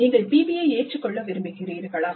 நீங்கள் PBI ஏற்றுக்கொள்ள விரும்புகிறீர்களா